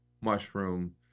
mushroom